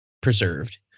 preserved